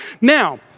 Now